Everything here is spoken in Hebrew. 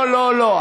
לא, לא.